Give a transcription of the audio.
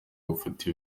gufata